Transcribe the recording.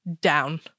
down